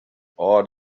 awed